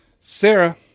sarah